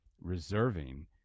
reserving